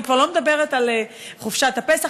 אני כבר לא מדברת על חופשת הפסח,